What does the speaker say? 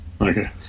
Okay